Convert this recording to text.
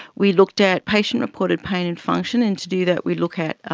we looked at patient reported pain and function, and to do that we looked at